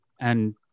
and-